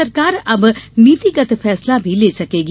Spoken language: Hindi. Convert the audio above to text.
राज्य सरकार अब नीतिगत फैसला भी ले सकेगी